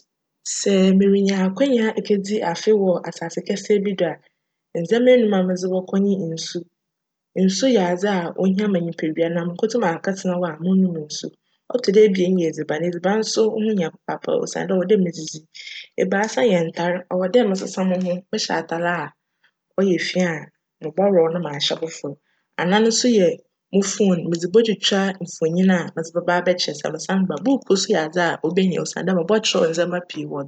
Sj merenya akwanya ekedzi afe wc asaase kjse bi do a, ndzjmba enum a medze bckc nye nsu. Nsu yj adze a ohia ma nyimpadua na monnkotum akjtsena hc a moronnom nsu. Ctc do ebien yj edziban. Edziban so ho hia papaapa osiandj cwc dj midzidzi. Ebiasa yj ntar. Cwc dj mesesa moho. Mehyj atar a cyj fi a mobcworow na m'ahyj fofor. Anan so yj mo "phone". Medze botwitwa mfonyin a medze bjbaa abjkyerj sj mesan ba a. Buukuu so yj adze a obenya osiandj mebjkyerj ndzjmba pii wc do.